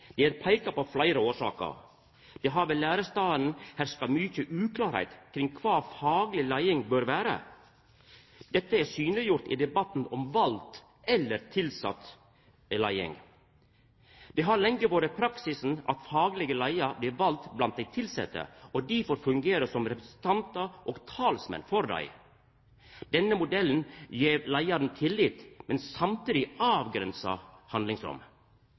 peika på fleire årsaker. Det har ved lærestadene herska mykje uklarleik kring kva fagleg leiing bør vera. Dette er synleggjort i debatten om vald eller tilsett leiing. Det har lenge vore ein praksis at fagleg leiing blir vald blant dei tilsette og difor fungerer som representantar og talsmenn for dei. Denne modellen gjev leiaren tillit, men samtidig